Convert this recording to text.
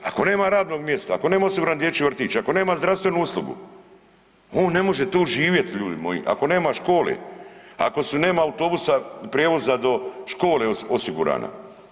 Ako nema radnog mjesta, ako nema osiguran dječji vrtić, ako nema zdravstvenu uslugu on ne može tu živjeti ljudi moji, ako nema škole, ako nema autobusa, prijevoza do škole osigurana.